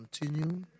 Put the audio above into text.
continue